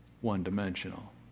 one-dimensional